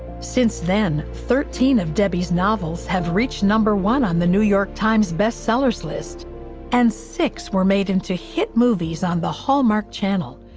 since then, thirteen of debbie's novels have reached number one on the new york times bestsellers list and six were made into hit movies on the hallmark channel,